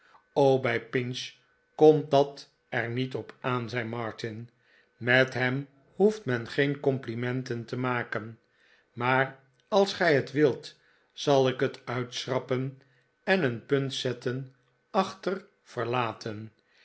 bij pinch komt dat er niet op aan zei martin met hem hoeft men geen complimenten te maken maar als gij het wilt zal ik het uitschrappen en een punt zetten achter verlaten